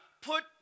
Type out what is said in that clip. put